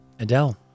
Adele